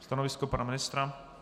Stanovisko pana ministra?